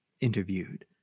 interviewed